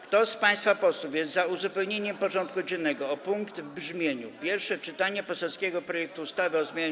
Kto z państwa posłów jest za uzupełnieniem porządku dziennego o punkt w brzmieniu: Pierwsze czytanie poselskiego projektu ustawy o zmianie